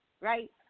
right